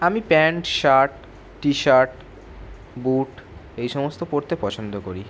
আমি pant shirt T shirt boot এই সমস্ত পরতে পছন্দ করি